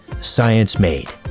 science-made